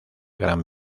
gran